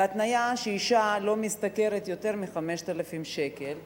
בהתניה שהאשה לא משתכרת יותר מ-5,000 שקלים בחודש,